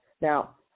Now